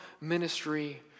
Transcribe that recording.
ministry